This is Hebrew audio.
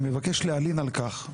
אני מבקש להלין על כך,